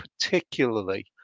particularly